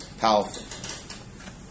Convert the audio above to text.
powerful